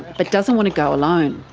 but doesn't want to go alone.